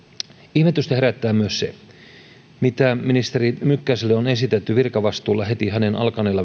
ihmetystä herättää myös mitä ministeri mykkäselle on esitetty virkavastuulla heti hänen alkaneella